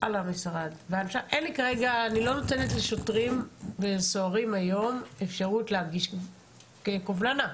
על המשרד אני לא נותנת לשוטרים ולסוהרים היום אפשרות להגיש קובלנה.